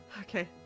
Okay